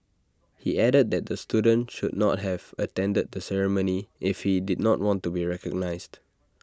he added that the student should not have attended the ceremony if he did not want to be recognised